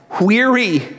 weary